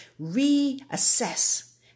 reassess